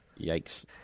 yikes